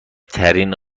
ترین